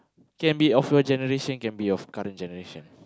can be of your generation can be of current generation